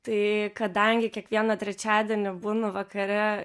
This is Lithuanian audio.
tai kadangi kiekvieną trečiadienį būnu vakare